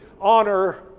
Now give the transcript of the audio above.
honor